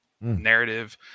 Narrative